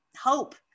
hope